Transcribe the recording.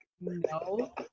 no